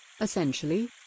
Essentially